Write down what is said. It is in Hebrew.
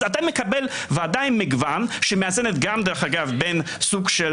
אז אתה מקבל בוודאי מגוון שמאזן גם דרך אגב בין סוג של